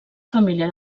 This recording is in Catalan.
família